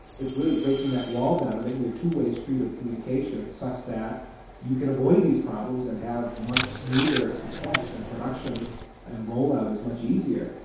it's really breaking that wall down and making a two way street of communication such that you can avoid these problems and have much smoother success and production and rollout is much easier.